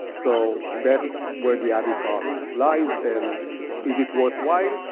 so that's where the added cost lies. and is it worthwhile?